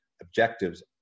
objectives